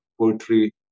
poetry